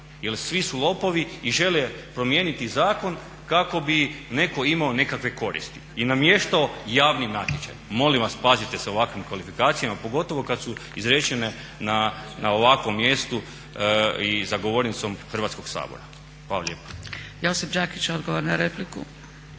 Jer svi su lopovi i žele promijeniti zakon kako bi netko imao nekakve koristi i namještao javni natječaj. Molim vas, pazite s ovakvim kvalifikacijama pogotovo kad su izrečene na ovakvom mjestu i za govornicom Hrvatskog sabora. Hvala lijepo. **Zgrebec, Dragica